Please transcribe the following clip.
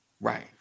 Right